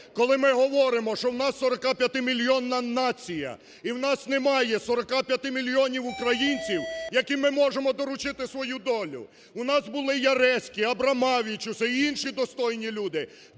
Коли ми говоримо, що в нас 45-мільйонна нація і в нас немає 45 мільйонів українців, яким ми можемо доручити свою долю. У нас були яреськи, абромавічуси і інші достойні люди.